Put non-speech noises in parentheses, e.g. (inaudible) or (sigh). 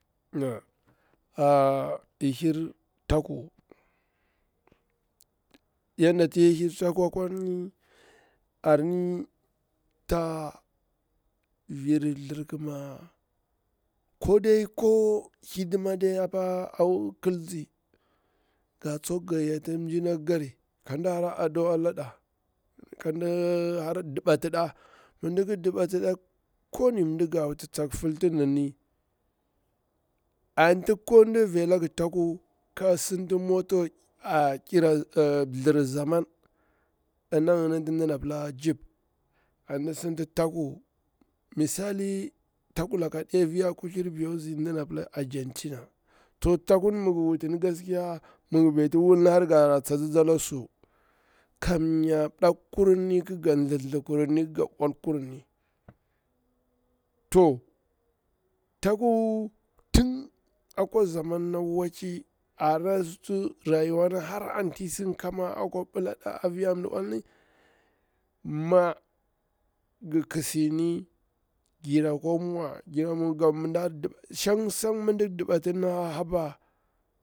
(hesitation) i hir taku, yarda ti i hir taku akwani, arni virin thlir kima kode ko hidima dani apa kiltsi, ga tsukti gayyati mjina ki kari, kadi hara ado alada, kaɗi di batiɗa, mi nɗik ɗibatiɗa ko woni mɗa ha wut tsak filti mimi, anti loo ndi vilag taku ka sinti mote a mthir zaman nati nɗa pila jeep anti nɗi sinti taku, mi sali taku laka aɗi afiya kuthlir biu azi da na pila argentina to mi te kumi mi ngir beti wulni gaskiya har gara tsatsi ala su kamnya mdakurini ƙiga thinthi kurini ga ulkurini. Toh taku tun akwa zaman na wacci na rayuwana har an ti isi ƙama a kwa ɗila ƙa a fiya mɗi ulmi mi ngi kisini gera kwa mwa shang shang mi di dibdimin ma haba